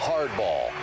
Hardball